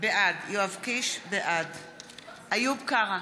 בעד איוב קרא,